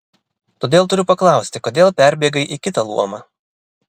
todėl turiu paklausti kodėl perbėgai į kitą luomą